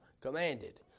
commanded